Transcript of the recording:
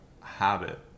habit